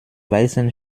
weißen